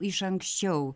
iš anksčiau